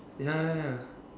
ya ya ya